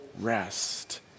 rest